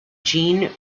jean